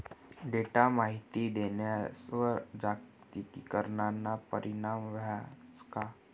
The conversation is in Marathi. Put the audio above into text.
डेटा माहिती देणारस्वर जागतिकीकरणना परीणाम व्हस का?